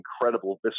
incredible